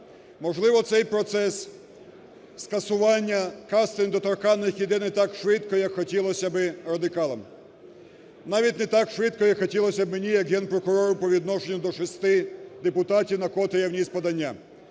Можливо, цей процес скасування касти недоторканних іде не так швидко, як хотілось би радикалам, навіть не так швидко, як хотілось би мені як Генпрокурору по відношенню до шести депутатів, на котрі я вніс подання.